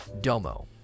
domo